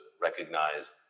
recognize